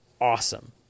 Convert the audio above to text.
awesome